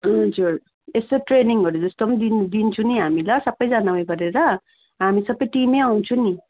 हजुर यस्तो ट्रेनिङहरू जस्तो पनि दिनु दिन्छु नि हामी ल सबैजना उयो गरेर हामी सबै टिमै आउँछु नि